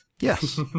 Yes